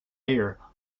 air